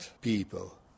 people